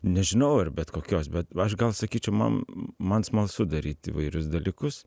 nežinau ar bet kokios bet aš gal sakyčiau man man smalsu daryt įvairius dalykus